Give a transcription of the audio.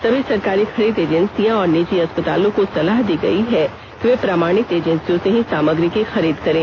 सभी सरकारी खरीद एजेंसियां और निजी अस्पतालों को सलाह दी गई है कि वे प्रमाणित एजेंसियों से ही सामग्री की खरीद करें